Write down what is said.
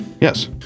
Yes